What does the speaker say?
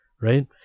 right